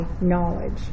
knowledge